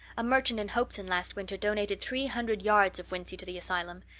a merchant in hopeton last winter donated three hundred yards of wincey to the asylum.